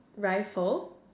rifle